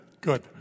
Good